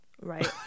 right